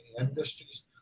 industries